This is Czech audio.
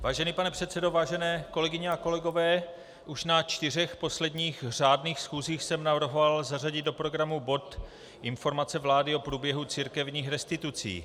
Vážený pane předsedo, vážené kolegyně a kolegové, už na čtyřech posledních řádných schůzích jsem navrhoval zařadit do programu bod informace vlády o průběhu církevních restitucí.